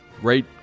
Great